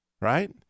right